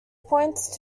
points